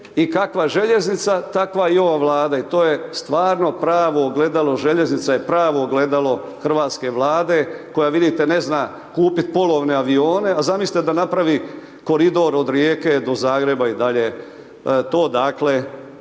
i kakva željeznica takva i ova Vlada i to je stvarno pravo ogledalo, željeznica je pravo ogledalo hrvatske Vlade koja vidite ne zna kupiti polovne avione a zamislite da napravi koridor od Rijeke do Zagreba i dalje to dakle